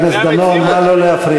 חבר הכנסת דני דנון, נא לא להפריע.